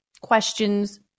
questions